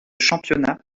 championnat